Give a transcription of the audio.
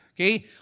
Okay